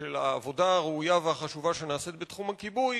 של העבודה הראויה והחשובה שנעשית בתחום הכיבוי,